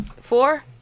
Four